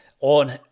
on